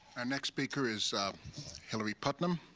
ah next speaker is hilary putnam.